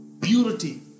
purity